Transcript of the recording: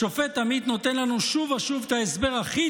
השופט עמית נותן לנו שוב ושוב את ההסבר הכי